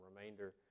remainder